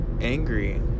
angry